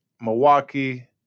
Milwaukee